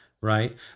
right